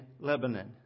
Lebanon